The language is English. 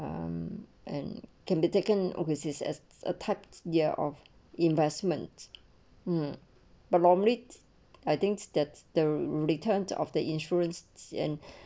um and can be taken overseas as a typed ya of investment mm but normally it I think that the return of the insurance and